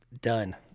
Done